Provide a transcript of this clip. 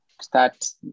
start